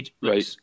Right